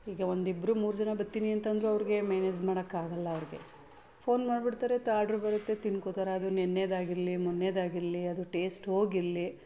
ಈಗ ಒಂದು ಇಬ್ಬರು ಮೂರು ಜನ ಬರ್ತೀನಿ ಅಂತ ಅಂದ್ರೂ ಅವ್ರಿಗೆ ಮ್ಯಾನೇಝ್ ಮಾಡೋಕ್ಕಾಗೋಲ್ಲ ಅವ್ರಿಗೆ ಫೋನ್ ಮಾಡ್ಬಿಡ್ತಾರೆ ತಾ ಆರ್ಡ್ರು ಬರುತ್ತೆ ತಿಂದ್ಕೊಳ್ತಾರೆ ಅದು ನೆನ್ನೆಯದಾಗಿರ್ಲಿ ಮೊನ್ನೆಯದಾಗಿರ್ಲಿ ಅದು ಟೇಸ್ಟ್ ಹೋಗಿರಲಿ